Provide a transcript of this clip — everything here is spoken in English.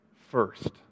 first